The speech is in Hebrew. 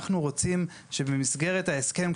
אנחנו רוצים שבמסגרת ההסכם,